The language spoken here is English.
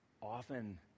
often